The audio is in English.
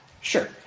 sure